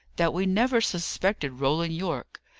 that we never suspected roland yorke,